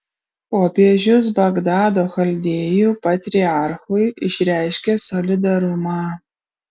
popiežius bagdado chaldėjų patriarchui išreiškė solidarumą